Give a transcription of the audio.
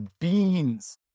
beans